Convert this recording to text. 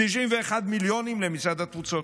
91 מיליון למשרד התפוצות,